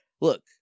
Look